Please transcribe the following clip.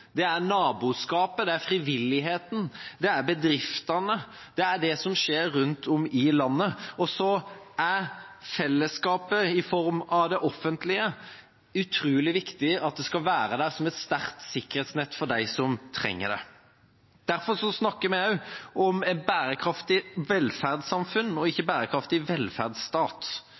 det er naboskapet, det er frivilligheten, det er bedriftene, det er det som skjer rundt om i landet. Fellesskapet i form av det offentlige er utrolig viktig, at det skal være der som et sterkt sikkerhetsnett for dem som trenger det. Derfor snakker vi om bærekraftig velferdssamfunn, ikke bærekraftig velferdsstat.